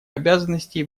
обязанностей